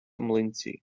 млинці